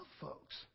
folks